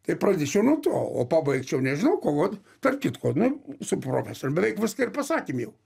tai ir pradėčiau nuo to o pabaigčiau nežinau kuo vat tarp kitko nu su profais ir beveik viską ir pasakėm jau